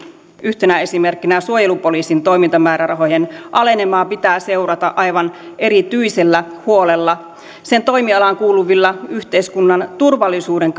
yhtenä esimerkkinä suojelupoliisin toimintamäärärahojen alenemaa pitää seurata aivan erityisellä huolella sen toimialaan kuuluvilla yhteiskunnan turvallisuuden